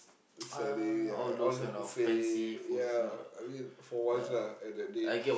chalet ya and all the buffet ya I mean for once lah at that day